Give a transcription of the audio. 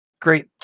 great